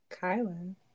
Kylan